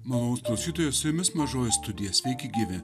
malonūs klausytojai su jumis mažoji studija sveiki gyvi